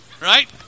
Right